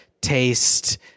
taste